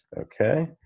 Okay